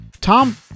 tom